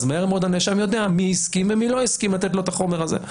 מהר מאוד הנאשם יודע מי הסכים ומי לא הסכים לתת את החומר הזה.